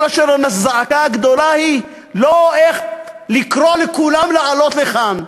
כל הזעקה הגדולה היא לא איך לקרוא לכולם לעלות לכאן,